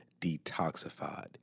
detoxified